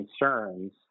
concerns